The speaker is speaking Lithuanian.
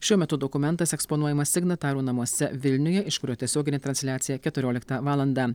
šiuo metu dokumentas eksponuojamas signatarų namuose vilniuje iš kurio tiesioginė transliacija keturioliktą valandą